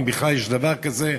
אם בכלל יש דבר כזה.